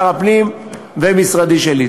שר הפנים ומשרדי שלי.